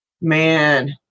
man